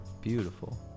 beautiful